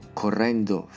correndo